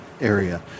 area